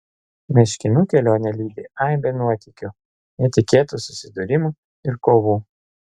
meškinų kelionę lydi aibė nuotykių netikėtų susidūrimų ir kovų